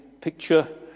picture